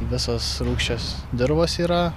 visos rūgščios dirvos yra